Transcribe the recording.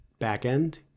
backend